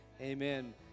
amen